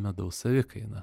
medaus savikaina